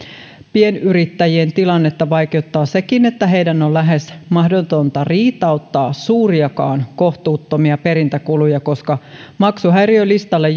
pienyrittäjien tilannetta vaikeuttaa sekin että heidän on lähes mahdotonta riitauttaa suuriakaan kohtuuttomia perintäkuluja koska maksuhäiriölistalle